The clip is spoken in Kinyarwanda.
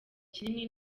kinini